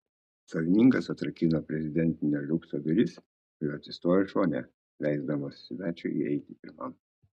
savininkas atrakino prezidentinio liukso duris ir atsistojo šone leisdamas svečiui įeiti pirmam